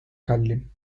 kallim